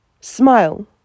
smile